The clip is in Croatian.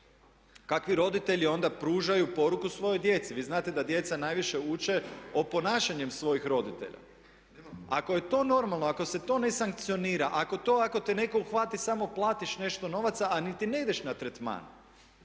Kakvu roditelji onda pružaju poruku svojoj djeci? Vi znate da djeca najviše uče oponašanjem svojih roditelja. Ako je to normalno, ako se to ne sankcionira, ako to ako te netko uhvati, samo platiš nešto novaca a niti ne ideš na tretman